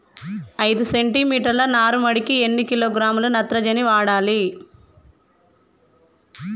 ఐదు సెంటి మీటర్ల నారుమడికి ఎన్ని కిలోగ్రాముల నత్రజని వాడాలి?